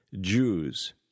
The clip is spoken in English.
Jews